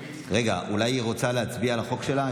רגע, אולי היא רוצה להצביע על החוק שלה?